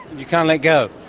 you can't let go.